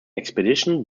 expedition